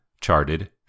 charted